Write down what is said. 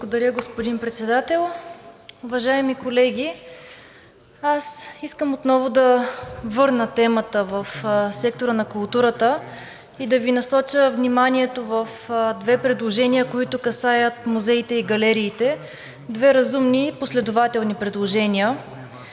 Благодаря, господин Председател. Уважаеми колеги, искам отново да върна темата в сектора на културата и да Ви насоча вниманието в две предложения, които касаят музеите и галериите – две разумни, последователни предложения,